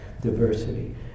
diversity